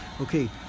Okay